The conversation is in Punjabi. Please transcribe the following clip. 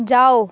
ਜਾਓ